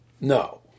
No